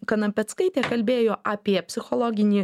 kanapeckaitė kalbėjo apie psichologinį